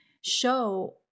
show